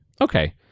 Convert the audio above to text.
Okay